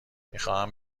میخواهند